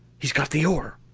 he's got the ore!